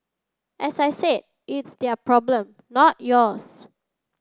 as I said it's their problem not yours